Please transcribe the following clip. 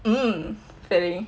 hmm I'm feeling